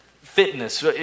fitness